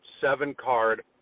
seven-card